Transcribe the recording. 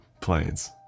planes